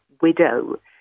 widow